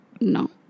no